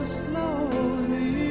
slowly